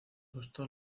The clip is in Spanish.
costó